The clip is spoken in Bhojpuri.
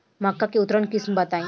मक्का के उन्नत किस्म बताई?